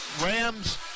Rams